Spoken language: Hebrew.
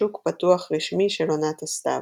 שוק פתוח רשמי של עונת הסתיו.